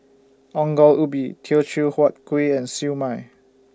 Ongol Ubi Teochew Huat Kuih and Siew Mai